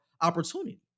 opportunity